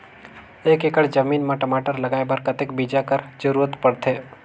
एक एकड़ जमीन म टमाटर लगाय बर कतेक बीजा कर जरूरत पड़थे?